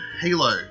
Halo